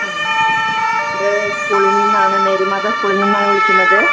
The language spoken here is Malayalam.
ആ ഇത് സ്കൂളിൽ നിന്നാണ് മേരി മാതാ സ്കൂളിൽ നിന്നാണ് വിളിക്കുന്നത്